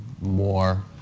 more